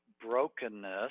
brokenness